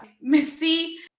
Missy